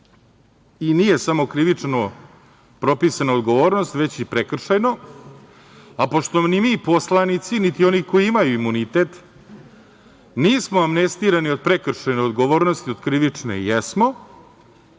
i nije samo krivično propisana odgovornost, već i prekršajno, a pošto ni mi poslanici, niti oni koji imaju imunitet nismo amnestirani od prekršajne odgovornosti, od krivične jesmo,